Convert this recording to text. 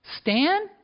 Stan